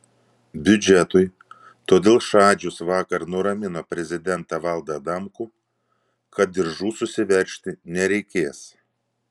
biudžetui todėl šadžius vakar nuramino prezidentą valdą adamkų kad diržų susiveržti nereikės